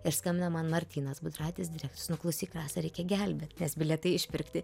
ir skambina man martynas budraitis direktorius nu klausyk rasa reikia gelbėt nes bilietai išpirkti